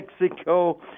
mexico